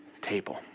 table